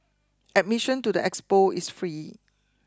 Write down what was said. admission to the expo is free